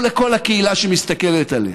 או לכל הקהילה שמסתכלת עליהם.